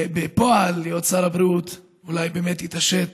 בפועל להיות שר הבריאות, אולי באמת יתעשת